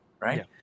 right